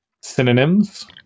synonyms